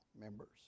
members